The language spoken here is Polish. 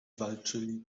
walczyli